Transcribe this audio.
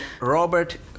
Robert